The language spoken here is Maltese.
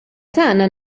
tagħna